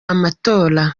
amatora